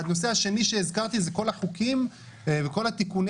והנושא השני שהזכרתי זה כל החוקים וכל תיקוני